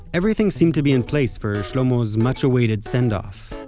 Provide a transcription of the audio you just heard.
everything seemed to be in place for shlomo's much awaited send-off.